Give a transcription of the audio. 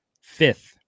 fifth